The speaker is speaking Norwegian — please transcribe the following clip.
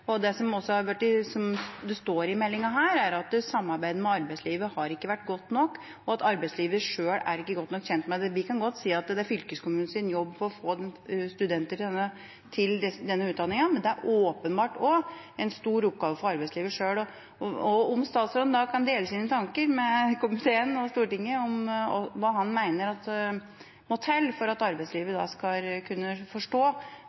har vært godt nok, og at arbeidslivet selv ikke er godt nok kjent med det. Vi kan godt si at det er fylkeskommunens jobb å få studenter til denne utdanningen, men det er også åpenbart en stor oppgave for arbeidslivet selv. Kan statsråden dele sine tanker med komiteen og Stortinget om hva han mener må til for at arbeidslivet skal kunne forstå